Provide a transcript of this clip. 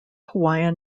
hawaii